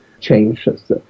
changes